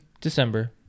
December